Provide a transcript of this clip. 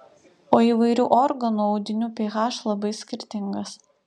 o įvairių organų audinių ph labai skirtingas